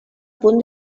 punt